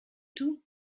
tout